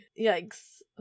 Yikes